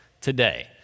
today